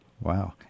Wow